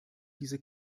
diese